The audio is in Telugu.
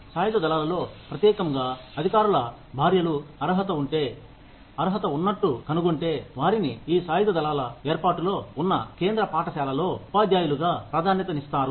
సాయుధ దళాలలో ప్రత్యేకంగా అధికారుల భార్యలు అర్హత ఉంటే అర్హత ఉన్నట్టు కనుగొంటే వారిని ఈ సాయుధ దళాల ఏర్పాటులో ఉన్న కేంద్ర పాఠశాలలో ఉపాధ్యాయులుగా ప్రాధాన్యతనిస్తారు